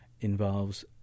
involves